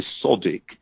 episodic